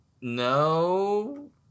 no